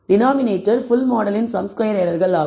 denominator full மாடலின் sum square எரர்கள் ஆகும்